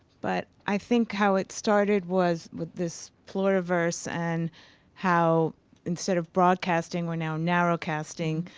but i think how it started was with this pluriverse and how instead of broadcasting we're now narrow casting.